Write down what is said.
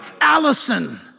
Allison